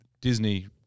Disney